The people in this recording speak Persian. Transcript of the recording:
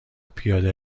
پیاده